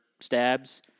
stabs